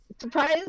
surprise